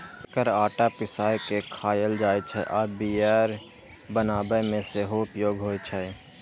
एकर आटा पिसाय के खायल जाइ छै आ बियर बनाबै मे सेहो उपयोग होइ छै